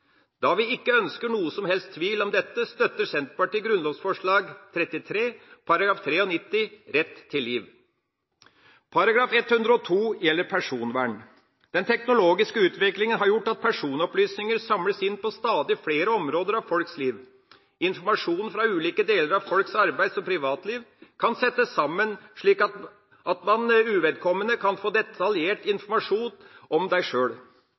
Da vi ikke ønsker noen som helst tvil om dette, støtter Senterpartiet grunnlovsforslag 33, § 93 Rett til liv. § 102 gjelder personvern. Den teknologiske utviklinga har gjort at personopplysninger samles inn på stadig flere områder av folks liv. Informasjon fra ulike deler av folks arbeids- og privatliv kan settes sammen, slik at uvedkommende kan få detaljert informasjon om